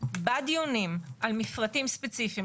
בדיונים על מפרטים ספציפיים.